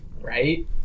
Right